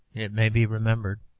it may be remembered,